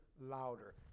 louder